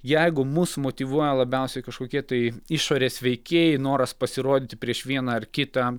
jeigu mus motyvuoja labiausiai kažkokie tai išorės veikėjai noras pasirodyti prieš vieną ar kitą